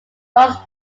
most